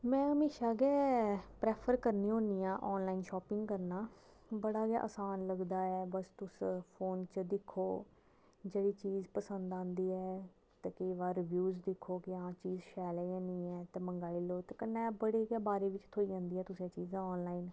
में हमेशा गै प्रेफर करनी होन्नी आ आनॅलाइन शापिंग करना बड़ा गै आसान लगदा ऐ बस तुस फोन च दिक्खो जेहड़ी चीज पसंद आंदी ऐ तें फिर ओहदे ब्यूज दिक्खो हां चीज शैल है कि नेईं फिर मगवांई लैओ ते कन्नै बड़ी गै बारे च थ्होई जंदी ऐ चीजां आनॅलाइन